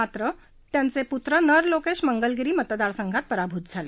मात्र त्यांचे पुत्र नर लोकेश मंगलगिरी मतदारसंघात पराभूत झाले